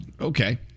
Okay